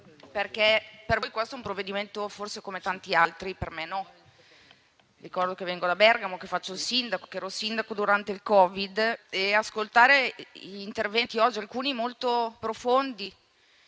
Per voi infatti questo è un provvedimento forse come tanti altri, per me no. Ricordo che vengo da Bergamo, che faccio il sindaco e che ero sindaco durante il Covid. Ascoltare oggi gli interventi, alcuni molto profondi,